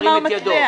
ירים את ידו.